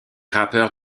rappeurs